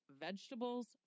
vegetables